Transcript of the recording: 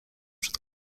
przed